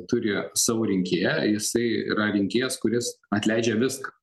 turi savo rinkėją jisai yra rinkėjas kuris atleidžia viską